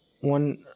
one